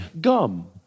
gum